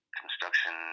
construction